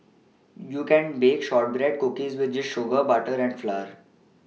you can bake shortbread cookies with just sugar butter and flour